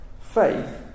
Faith